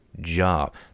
job